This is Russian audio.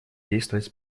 действовать